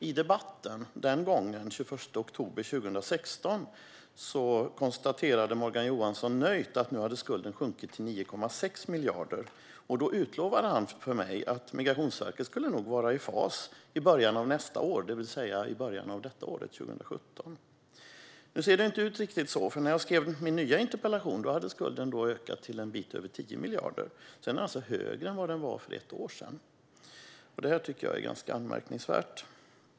I debatten den gången den 21 oktober 2016 konstaterade Morgan Johansson nöjt att skulden hade sjunkit till 9,6 miljarder. Då utlovade han för mig att Migrationsverket nog skulle vara i fas i början av nästa år, det vill säga i början av detta år 2017. Nu ser det inte riktigt ut så. När jag skrev min nya interpellation hade skulden ökat till en bit över 10 miljarder. Den är alltså högre än vad den var för ett år sedan. Det tycker jag är ganska anmärkningsvärt.